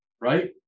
right